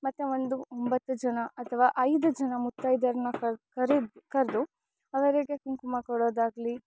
ಮತ್ತು ಒಂದು ಒಂಬತ್ತು ಜನ ಅಥವಾ ಐದು ಜನ ಮುತ್ತೈದೆಯರನ್ನ ಕರ್ ಕರಿದು ಕರೆದು ಅವರಿಗೆ ಕುಂಕುಮ ಕೊಡೋದಾಗಲಿ